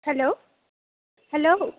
hello hello